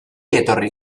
etorri